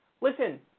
Listen